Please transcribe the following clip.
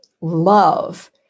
love